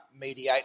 mediate